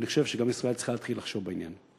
ואני חושב שגם ישראל צריכה להתחיל לחשוב בעניין.